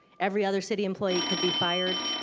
every other city employee could be fired,